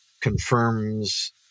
confirms